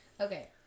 Okay